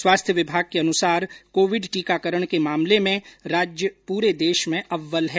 स्वास्थ्य विभाग के अनुसार कोविड़ टीकाकरण के मामले में राज्य पूरे देश में अव्वल है